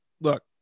look